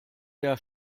der